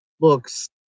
looks